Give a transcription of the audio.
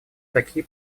такие